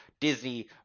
Disney